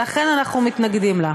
ולכן אנחנו מתנגדים לה.